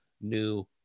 new